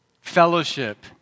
fellowship